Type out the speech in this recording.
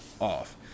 off